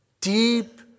deep